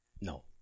No